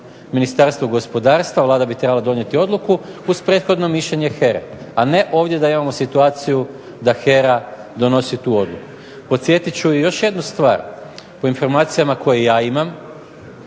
Ministarstvo gospodarstva, Vlada bi trebala donijeti odluku uz prethodno mišljenje HERA-e, a ne ovdje da imamo situaciju da HERA donosi tu odluku. Podsjetit ću i još jednu stvar, u informacijama koje ja imam